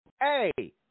Hey